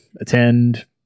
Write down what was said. attend